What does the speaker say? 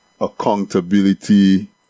accountability